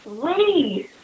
please